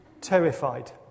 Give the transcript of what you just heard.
terrified